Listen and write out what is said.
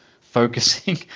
focusing